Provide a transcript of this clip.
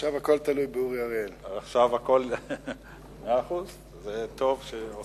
להכנתה בוועדת הכלכלה לקריאה שנייה וקריאה